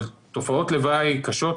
אבל תופעות לוואי קשות,